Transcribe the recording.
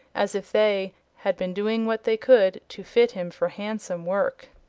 as if they, had been doing what they could to fit him for hansom work!